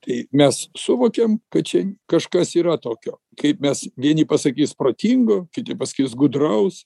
tai mes suvokiam kad čia kažkas yra tokio kaip mes vieni pasakys protingo kiti pasakys gudraus